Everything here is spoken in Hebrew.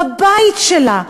בבית שלה,